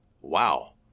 wow